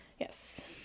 Yes